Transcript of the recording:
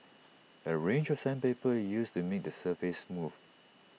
A range of sandpaper is used to make the surface smooth